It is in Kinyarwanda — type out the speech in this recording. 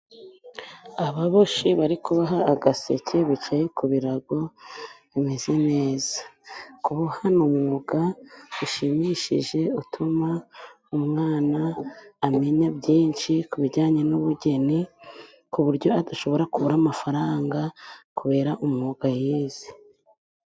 Ababoshyi bari kuboha agaseke, bicaye ku birago bimeze neza, kubona ni umwuga ushimishije utuma umwana amenya byinshi ku bijyanye n'ubugeni, ku buryo adashobora kubura amafaranga kubera umwuga yize.